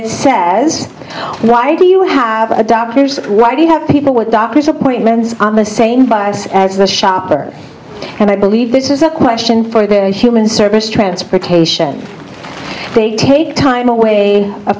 it says why do you have a doctors why do you have people with doctors appointments on the same bias as the shopper and i believe this is a question for the human service transportation they take time away